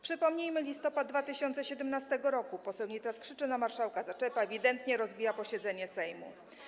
Przypomnijmy listopad 2017 r. Poseł Nitras krzyczy na marszałka, zaczepia, ewidentnie rozbija posiedzenie Sejmu.